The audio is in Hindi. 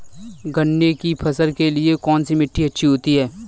गन्ने की फसल के लिए कौनसी मिट्टी अच्छी होती है?